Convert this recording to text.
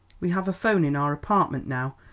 we have a phone in our apartment now,